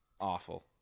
Awful